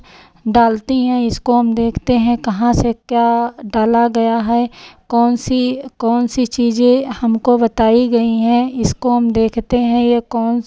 डालती हैं इसको हम देखते हैं कहाँ से क्या डाला गया है कौन सी कौन सी चीज़ें हमको बताई गई हैं इसको हम देखते हैं यह कौन